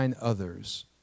others